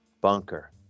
bunker